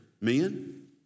men